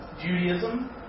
Judaism